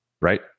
right